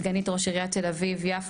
סגנית ראש עיריית תל אביב-יפו,